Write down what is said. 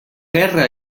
guerra